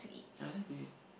I like to eat